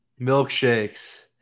milkshakes